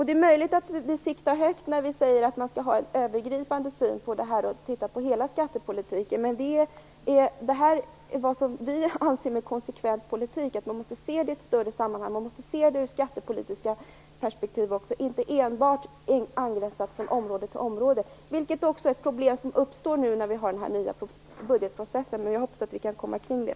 Det är möjligt att vi siktar högt när vi säger att man skall ha en övergripande syn och se på hela skattepolitiken, men det är vad vi anser vara en konsekvent politik. Man måste se det hela i ett större sammanhang och se det också i det skattepolitiska perspektivet, inte enbart avgränsat från område till område, vilket problem uppstår men den här nya budgetprocessen. Men jag hoppas att vi kan komma kring den.